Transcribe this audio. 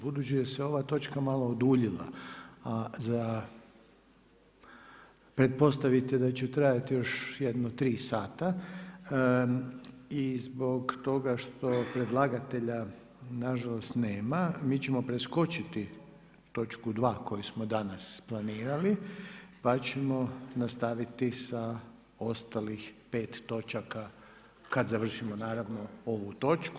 Budući da se ova točka malo oduljila a za pretpostaviti je da će trajati još jedno 3 sata i zbog toga što predlagatelja nažalost nema, mi ćemo preskočiti točku 2. koju smo danas planirali pa ćemo nastaviti sa ostalih 5 točka kada završimo naravno ovu točku.